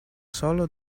solo